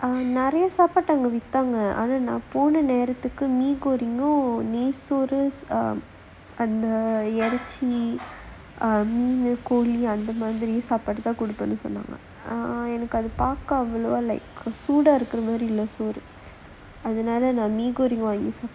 um நிறையா சாப்பட்ட அவங்க வித்தாங்க ஆனா நான் போற நேரத்துக்கு:niraiyaa saaptta avanga viththaanga aanaa naan pora nerathukku um mee goreng நெய் சோறு அந்த இறைச்சி மீனு கோழி அந்த மாதிரி சாப்ட்டு தான் குடுப்பேன்னு சொன்னங்க எனக்கு அத பாக்க அவ்ளோ:nei soru antha iraichi meenu koli antha maathiri saapaadu thaan kudduppaennu sonnaanga enakku atha paakka avlo like சூட இருக்குற மாறி இல்ல:sooda irukkura maari illa err அதுனால நான்:athunaala naan err mee goreng வாங்கி சாப்பிட்டேன்:vaangi saappittaen